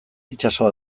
itsaso